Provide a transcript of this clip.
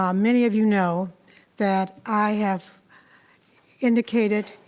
um many of you know that i have indicated,